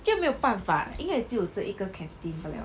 就没有办法因为只有这一个 canteen 罢 liso